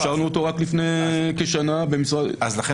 אישרנו אותו רק לפני כשנה --- צריך